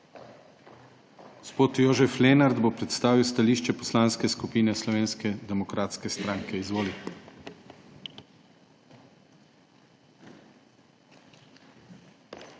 Gospod Jožef Lenart bo predstavil stališče Poslanske skupine Slovenske demokratske stranke. Izvoli.